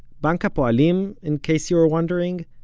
bank ha'poalim, in case you were wondering,